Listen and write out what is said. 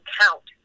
count